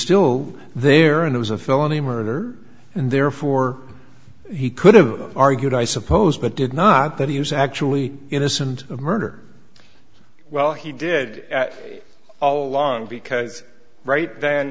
still there and it was a felony murder and therefore he could have argued i suppose but did not that he was actually innocent of murder well he did at all long because right then